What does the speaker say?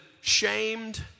shamed